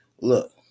Look